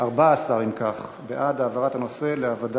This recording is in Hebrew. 14, אם כך, בעד העברת הנושא לוועדת